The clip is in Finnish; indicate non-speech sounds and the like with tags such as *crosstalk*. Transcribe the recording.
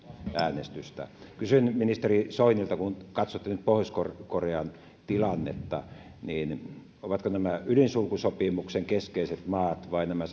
äänestystä kysyn ministeri soinilta kun katsotte nyt pohjois korean tilannetta niin ovatko nämä ydinsulkusopimuksen keskeiset maat vai nämä *unintelligible*